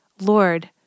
Lord